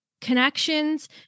connections